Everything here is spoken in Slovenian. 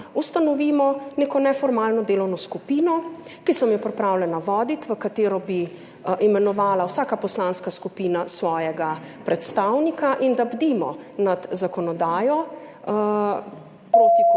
ustanovimo neko neformalno delovno skupino, ki sem jo pripravljena voditi, v katero bi imenovala vsaka poslanska skupina svojega predstavnika in da bdimo nad zakonodajo proti